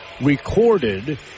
recorded